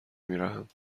میرم